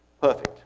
Perfect